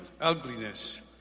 ugliness